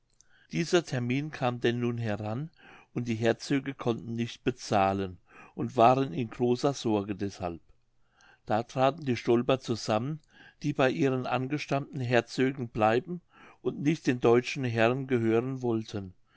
dieser termin kam denn nun heran und die herzöge konnten nicht bezahlen und waren in großer sorge deshalb da traten die stolper zusammen die bei ihren angestammten herzögen bleiben und nicht den deutschen herren gehören wollten